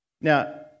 Now